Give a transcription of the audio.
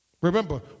remember